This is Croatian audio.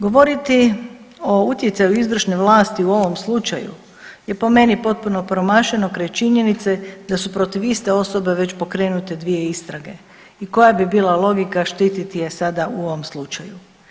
Govoriti o utjecaju izvršne vlasti u ovom slučaju je po meni potpuno promašeno kraj činjenice da su protiv iste osobe već pokrenute dvije istrage i koja bi bila logika štititi je sada u ovom slučaju.